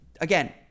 again